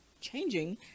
changing